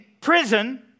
prison